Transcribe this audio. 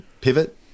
pivot